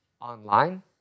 online